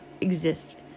exist